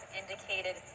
indicated